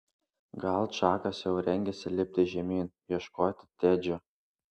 gal čakas jau rengėsi lipti žemyn ieškoti tedžio